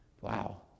Wow